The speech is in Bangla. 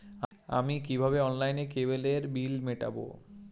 আমি কিভাবে অনলাইনে কেবলের বিল মেটাবো?